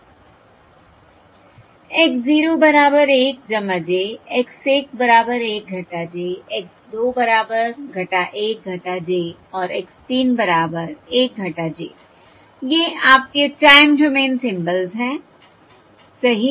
x 0 बराबर 1 j x 1 बराबर 1 j x 2 बराबर 1 j और x 3 बराबर 1 j ये आपके टाइम डोमेन सिंबल्स हैं सही